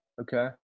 Okay